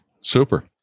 Super